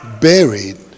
buried